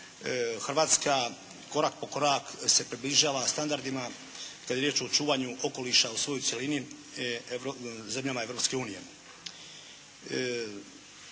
Hrvatska korak po korak se približava standardima kad je riječ o čuvanju okoliša u svojoj cjelini zemljama